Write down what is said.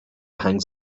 hangs